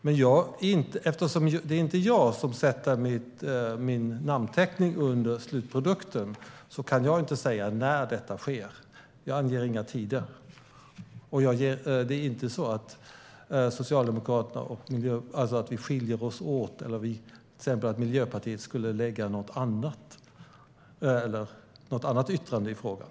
Men eftersom det inte är jag som sätter min namnteckning under slutprodukten kan jag inte säga när detta sker. Jag anger inga tider. Det är inte så att vi skiljer oss åt eller till exempel att Miljöpartiet skulle lägga fram något annat yttrande i frågan.